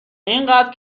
اینقدر